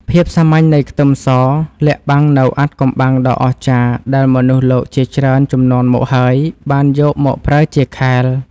ភាពសាមញ្ញនៃខ្ទឹមសលាក់បាំងនូវអាថ៌កំបាំងដ៏អស្ចារ្យដែលមនុស្សលោកជាច្រើនជំនាន់មកហើយបានយកមកប្រើជាខែល។